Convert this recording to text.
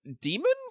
demon